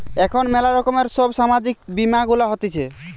এখন ম্যালা রকমের সব সামাজিক বীমা গুলা হতিছে